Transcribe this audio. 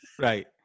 Right